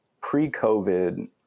pre-COVID